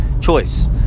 choice